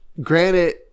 granted